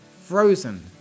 Frozen